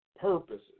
purposes